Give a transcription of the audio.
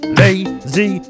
lazy